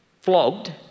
flogged